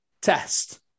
test